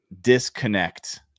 disconnect